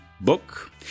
book